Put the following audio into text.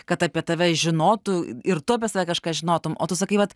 kad apie tave žinotų ir tu apie save kažką žinotum o tu sakai vat